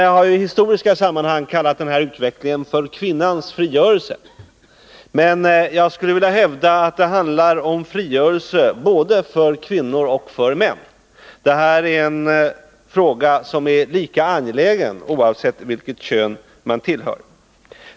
Thistoriska sammanhang har man kallat den här utvecklingen för kvinnans frigörelse, men jag skulle vilja hävda att det handlar om frigörelse både för kvinnor och för män. Det här är en fråga som är lika angelägen oavsett vilket kön man tillhör.